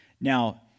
Now